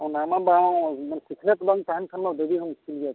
ᱚᱱᱟᱢᱟ ᱵᱟᱝ ᱢᱟᱱᱮ ᱥᱤᱠᱷᱱᱟᱹᱛ ᱵᱟᱝ ᱛᱟᱦᱮᱱ ᱠᱷᱟᱱᱢᱟ ᱵᱟᱹᱜᱤ ᱦᱚᱸ ᱢᱩᱥᱠᱤᱞ ᱜᱮᱭᱟ ᱥᱮ